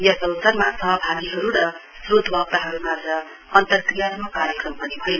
यस अवसरमा सहभागीहरू र श्रोतवक्ताहरूमाझ अन्तक्रियात्मक कार्यक्रम पनि भयो